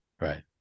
right